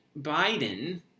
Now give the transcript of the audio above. biden